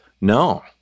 No